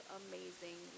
amazing